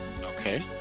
okay